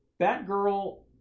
Batgirl